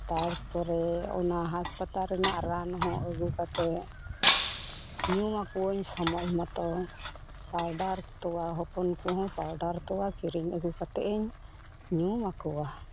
ᱛᱟᱨᱯᱚᱨᱮ ᱚᱱᱟ ᱦᱟᱥᱯᱟᱛᱟᱞ ᱨᱮᱱᱟᱜ ᱨᱟᱱ ᱦᱚᱸ ᱟᱹᱜᱩ ᱠᱟᱛᱮᱫ ᱧᱩᱣᱟᱠᱚᱣᱟᱹᱧ ᱥᱚᱢᱚᱭ ᱢᱚᱛᱚ ᱯᱟᱣᱰᱟᱨ ᱛᱚᱣᱟ ᱦᱚᱯᱚᱱ ᱠᱚᱦᱚᱸ ᱯᱟᱣᱰᱟᱨ ᱛᱚᱣᱟ ᱠᱤᱨᱤᱧ ᱟᱹᱜᱩ ᱠᱟᱛᱮᱧ ᱧᱩᱣᱟᱠᱚᱣᱟ